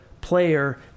player